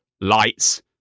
lights